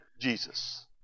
Jesus